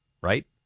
right